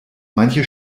manche